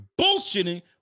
bullshitting